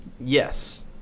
yes